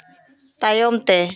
ᱛᱟᱭᱚᱢ ᱛᱮ